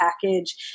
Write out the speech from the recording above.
package